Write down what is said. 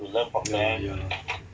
ya ya